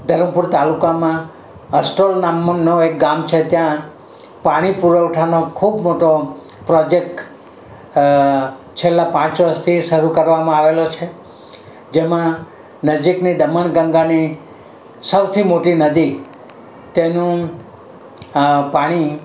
ધરમપુર તાલુકામાં અસ્ટોલ નામનું એક ગામ છે ત્યાં પાણી પુરવઠાનો ખૂબ મોટો પ્રોજેક છેલ્લા પાંચ વર્ષથી ચાલુ કરવામાં આવેલો છે જેમાં નજીકની દમણ ગંગાની સૌથી મોટી નદી તેનું પાણી